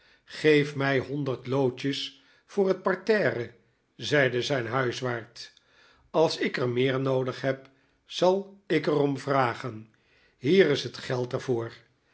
geef mij honderd lootjes voor het parterre zeide zijn huiswaard als ik er meer noodig heb zal ik er om vragen hier is het geld